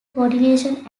coordination